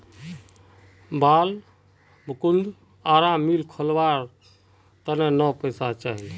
बालमुकुंदक आरा मिल खोलवार त न पैसा चाहिए